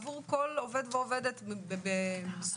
את יש לך את השקים שלך --- לא, לא.